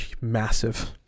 massive